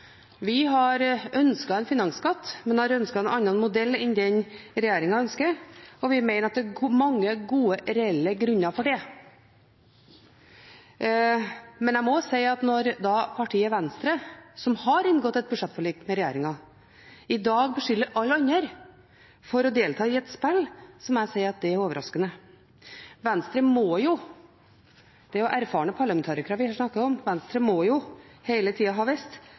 Vi har ønsket en finansskatt, men har ønsket en annen modell enn den regjeringen ønsker, og vi mener at det er mange gode, reelle grunner for det. Når partiet Venstre, som har inngått et budsjettforlik med regjeringen, i dag beskylder alle andre for å delta i et spill, må jeg si at det er overraskende. Det er erfarne parlamentarikere vi her snakker om, Venstre må hele tiden ha visst